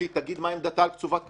תגיד קודם כל מה עמדתה על קצובת קדנציות.